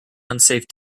unsafe